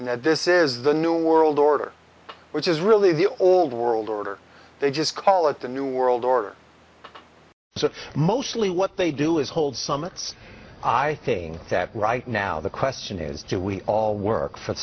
and that this is the new world order which is really the old world order they just call it the new world order so mostly what they do is hold summits i thing that right now the question is do we all work for the